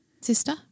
Sister